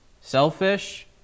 selfish